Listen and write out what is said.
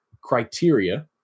criteria